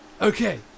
Okay